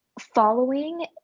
following